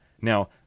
Now